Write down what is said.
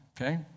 okay